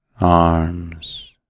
arms